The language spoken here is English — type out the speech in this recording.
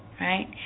Right